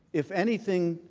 if anything,